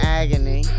agony